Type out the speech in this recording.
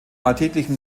alltäglichen